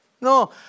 No